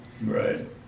Right